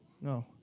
No